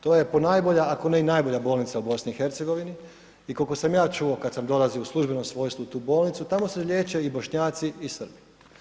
To je ponajbolja, ako ne i najbolja bolnica u BiH i koliko sam ja čuo kada sam dolazio u službenom svojstvu u tu bolnicu, tamo se liječe i Bošnjaci i Srbi.